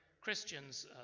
Christians